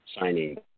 signing